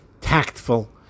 tactful